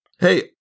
Hey